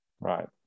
Right